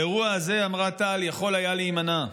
האירוע הזה, אמרה טל, יכול היה להימנע.